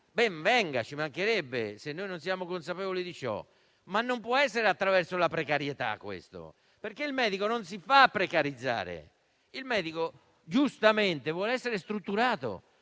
Ben venga, e ci mancherebbe se noi non ne fossimo consapevoli. Ma questo non può avvenire attraverso la precarietà, perché il medico non si fa precarizzare; il medico giustamente vuole essere strutturato